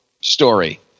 story